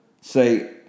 say